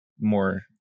more